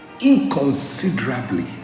Inconsiderably